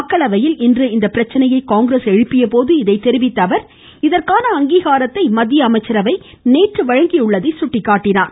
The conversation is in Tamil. மக்களவையில் இன்று இப்பிரச்சனையை காங்கிரஸ் எழுப்பியபோது இதை தெரிவித்த அவர் இதற்கான அங்கீகாரத்தை மத்திய அமைச்சரவை நேற்று வழங்கியுள்ளதாகவும் சுட்டிக்காட்டினார்